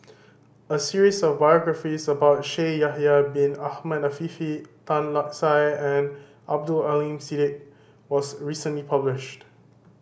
a series of biographies about Shaikh Yahya Bin Ahmed Afifi Tan Lark Sye and Abdul Aleem Siddique was recently published